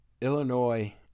illinois